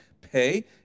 pay